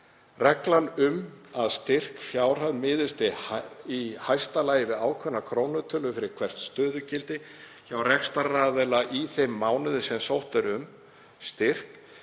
Reglan um að styrkfjárhæð miðist í hæsta lagi við ákveðna krónutölu fyrir hvert stöðugildi hjá rekstraraðila í þeim mánuði sem sótt er um styrk